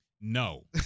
No